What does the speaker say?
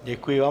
Děkuji vám.